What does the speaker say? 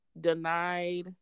denied